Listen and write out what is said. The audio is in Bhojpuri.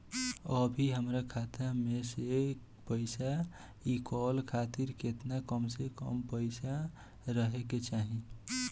अभीहमरा खाता मे से पैसा इ कॉल खातिर केतना कम से कम पैसा रहे के चाही?